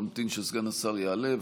נמתין שסגן השר יעלה,